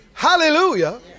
Hallelujah